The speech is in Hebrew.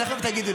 49 בעד, 56 נגד.